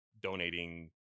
donating